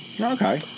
Okay